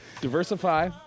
diversify